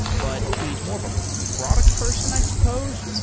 but he's more of a product person, i suppose.